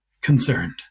concerned